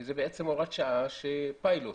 כי זו בעצם הוראת שעה שהיא פיילוט